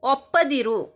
ಒಪ್ಪದಿರು